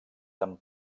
tan